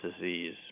disease